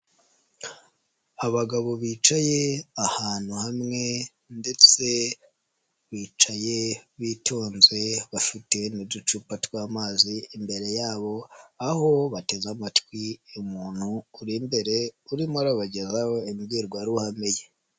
Abagabo bicaye ahantu hamwe ndetse bicaye bitonze, bafite n'uducupa tw'amazi imbere yabo, aho bateze amatwi umuntu uri imbere urimo urabagezaho imbwirwaruhame ye.